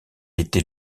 était